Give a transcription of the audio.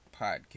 podcast